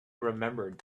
remembered